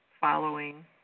following